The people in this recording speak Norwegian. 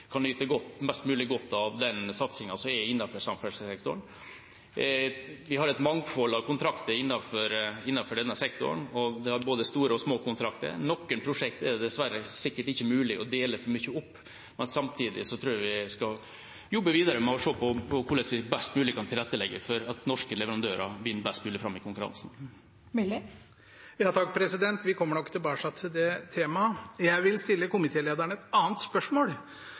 kan nyte mest mulig godt av den satsingen som gjøres innenfor samferdselssektoren. Vi har et mangfold av kontrakter innenfor denne sektoren, og det er både store og små kontrakter. Noen prosjekter er det dessverre sikkert ikke mulig å dele opp, men samtidig tror jeg vi skal jobbe videre med å se på hvordan vi best mulig kan tilrettelegge for at norske leverandører vinner best mulig fram i konkurransen. Vi kommer nok tilbake til det temaet. Jeg vil stille komitélederen et annet spørsmål.